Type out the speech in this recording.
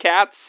cats